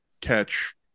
catch